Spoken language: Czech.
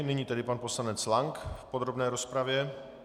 Nyní tedy pan poslanec Lank v podrobné rozpravě.